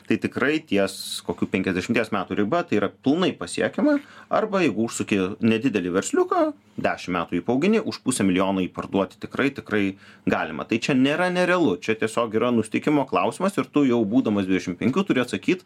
tai tikrai ties kokių penkiasdešimties metų riba tai yra pilnai pasiekiama arba jeigu užsuki nedidelį versliuką dešimt metų jį paaugini už pusę milijono jį parduoti tikrai tikrai galima tai čia nėra nerealu čia tiesiog yra nusiteikimo klausimas ir tu jau būdamas dvidešimt penkių turi atsakyt